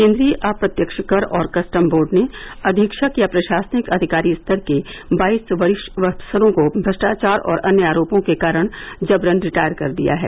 केन्द्रीय अप्रत्यक्ष कर और कस्टम बोर्ड ने अधीक्षक या प्रशासनिक अधिकारी स्तर के बाईस वरिष्ठ अफसरों को भ्रष्टाचार और अन्य आरोपों के कारण जबरन रिटायर कर दिया है